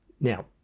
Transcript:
Now